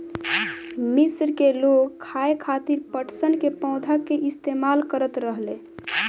मिस्र के लोग खाये खातिर पटसन के पौधा के इस्तेमाल करत रहले